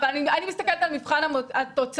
אבל אני מסתכלת על מבחן התוצאה,